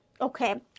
okay